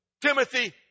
Timothy